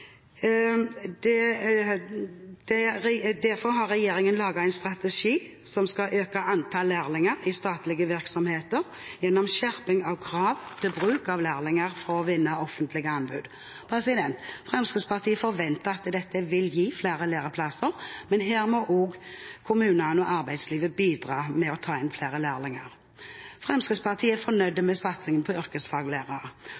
Derfor har regjeringen laget en strategi som skal øke antall lærlinger i statlige virksomheter gjennom skjerping av krav til bruk av lærlinger for å vinne offentlige anbud. Fremskrittspartiet forventer at dette vil gi flere læreplasser, men her må også kommunene og arbeidslivet bidra med å ta inn flere lærlinger. Fremskrittspartiet er fornøyd med satsingen på yrkesfaglærere.